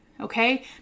Okay